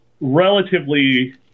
relatively